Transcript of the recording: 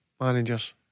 managers